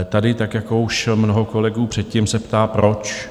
Tady, tak jako už mnoho kolegů předtím, se ptám proč?